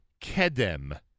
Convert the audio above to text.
KEDEM